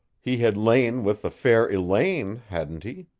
he had lain with the fair elaine, hadn't he?